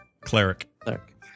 cleric